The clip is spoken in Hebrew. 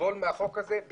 יסבול מהחוק הזה.